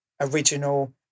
original